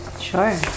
Sure